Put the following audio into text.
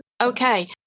Okay